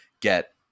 get